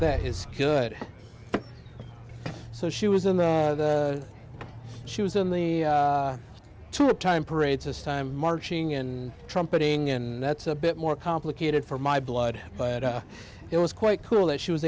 that is good so she was in the she was in the two time parades this time marching and trumpeting and that's a bit more complicated for my blood but it was quite cool that she was